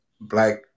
black